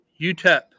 UTEP